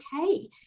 okay